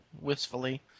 wistfully